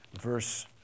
verse